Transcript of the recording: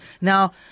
Now